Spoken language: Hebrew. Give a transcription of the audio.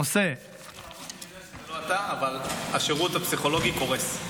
אני יודע שזה לא אתה, אבל השירות הפסיכולוגי קורס.